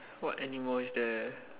what animal is there